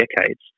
decades